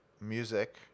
music